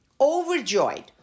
Overjoyed